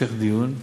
להמשך דיון,